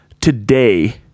today